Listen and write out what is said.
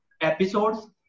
episodes